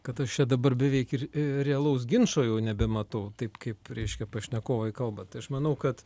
kad aš čia dabar beveik ir realaus ginčo jau nebematau taip kaip reiškia pašnekovai kalba tai aš manau kad